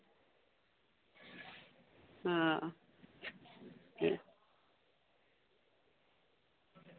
ठीक